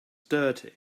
dirty